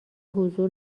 حضور